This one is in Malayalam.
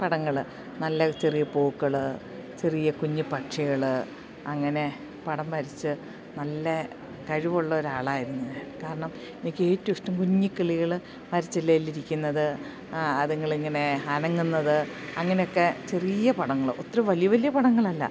പടങ്ങൾ നല്ല ചെറിയ പൂക്കൾ ചെറിയ കുഞ്ഞിപ്പക്ഷികൾ അങ്ങനെ പടം വരച്ച് നല്ല കഴിവുള്ളൊരാളായിരുന്നു ഞാൻ കാരണം എനിക്കേറ്റവുമിഷ്ടം കുഞ്ഞിക്കിളികൾ മരച്ചില്ലയിലിരിക്കുന്നത് അതുങ്ങളിങ്ങനെ അനങ്ങുന്നത് അങ്ങനെയൊക്കെ ചെറിയ പടങ്ങൾ ഒത്തിരി വലിയ വലിയ പടങ്ങളല്ല